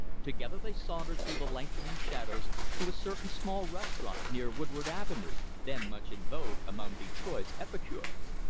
together they sauntered through the lengthening shadows to a certain small restaurant near woodward avenue, then much in vogue among detroit's epicures.